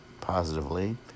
positively